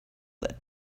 lit